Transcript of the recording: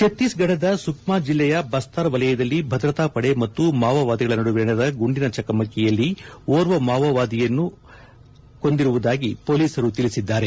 ಛತ್ತೀಸ್ಗಢದ ಸುಕ್ನಾ ಜಿಲ್ಲೆಯ ಬಸ್ತಾರ್ ವಲಯದಲ್ಲಿ ಭದ್ರತಾ ಪಡೆ ಮತ್ತು ಮಾವೋವಾದಿಗಳ ನಡುವೆ ನಡೆದ ಗುಂಡಿನ ಚಕಮಕಿಯಲ್ಲಿ ಓರ್ವ ಮಾವೋವಾದಿ ಹತನಾಗಿರುವುದಾಗಿ ಮೊಲೀಸರು ತಿಳಿಸಿದ್ದಾರೆ